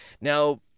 now